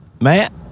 Matt